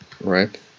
right